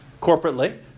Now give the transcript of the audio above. corporately